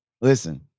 Listen